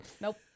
Nope